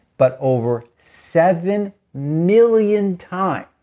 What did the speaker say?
but over seven million times